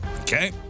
Okay